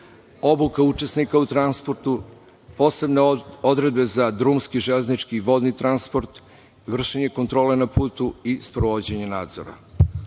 obuka učesnika u transportu, posebne odredbe za drumski, železnički i vodni transport, vršenje kontrole na putu i sprovođenje nadzora.